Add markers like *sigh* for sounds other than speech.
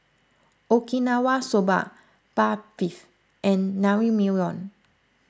Okinawa Soba *unintelligible* and Naengmyeon